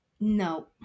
No